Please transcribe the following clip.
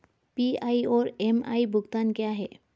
PI और MI भुगतान क्या हैं?